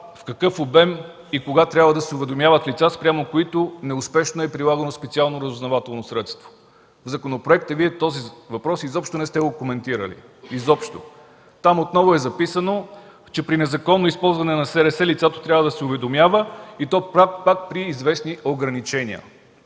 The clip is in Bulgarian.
в какъв обем и кога трябва да се уведомяват лица, спрямо които неуспешно е прилагано специално разузнавателно средство. В законопроекта Вие този въпрос изобщо не сте го коментирали. Изобщо! Там отново е записано, че при незаконно използване на СРС, лицата трябва да се уведомяват, и то пак при известни ограничения.